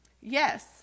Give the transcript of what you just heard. Yes